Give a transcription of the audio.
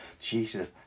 Jesus